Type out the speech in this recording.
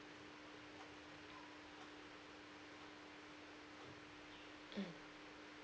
mm